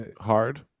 hard